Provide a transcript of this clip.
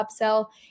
upsell